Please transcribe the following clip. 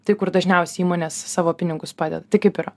tai kur dažniausiai įmonės savo pinigus padeda tai kaip yra